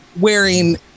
wearing